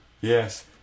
Yes